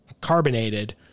carbonated